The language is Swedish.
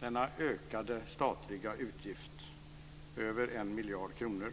Denna ökade statliga utgift, över 1 miljard kronor,